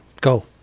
Go